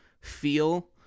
feel